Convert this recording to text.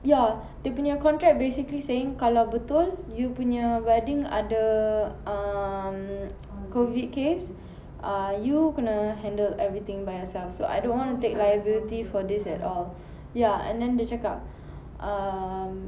ya dia punya contract basically saying kalau betul you punya wedding ada um COVID case ah you kena handle everything by yourself so I don't want to take liability for this at all ya and then dia cakap um